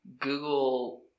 Google